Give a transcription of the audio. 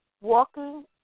walking